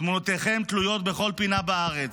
תמונותיכם תלויות בכל פינה בארץ,